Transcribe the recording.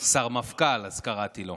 שר מפכ"ל אז קראתי לו.